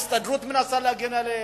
ההסתדרות מנסה להגן עליהם,